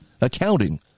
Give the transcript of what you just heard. accounting